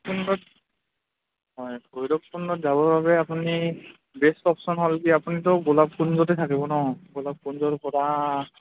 কুণ্ডত হয় ভৈৰৱকুণ্ডত যাবৰ বাবে আপুনি বেষ্ট অপশ্যন হ'ল কি আপুনিতো গোলাপকুঞ্জতে থাকিব ন গোলাপকুঞ্জৰপৰা